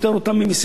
זה לא דבר נכון.